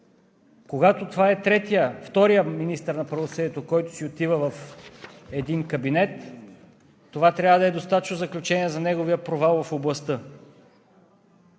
Когато това е вторият министър на правосъдието, който си отива в един кабинет, това трябва да е достатъчно заключение за неговия провал в областта.